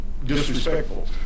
disrespectful